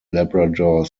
labrador